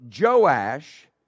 Joash